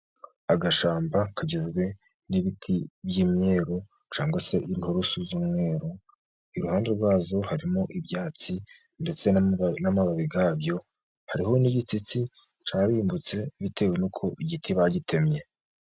Agashyamba kagizwe n'ibiti byimweruru cyangwa se ingurusu z'umweru, iruhande rwa zo harimo ibyatsi ndetse n'amababi ya byo, hariho n'igitsitsi cyarimbutse, bitewe n'uko igiti bagitemye.